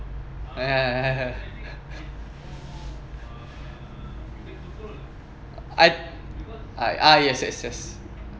I I ah yes yes yes